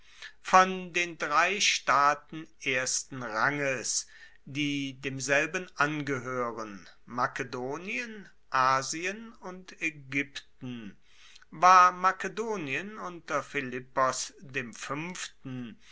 von den drei staaten ersten ranges die demselben angehoeren makedonien asien und aegypten war makedonien unter philippos dem fuenften